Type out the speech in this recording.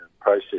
process